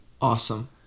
Awesome